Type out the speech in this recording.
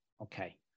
Okay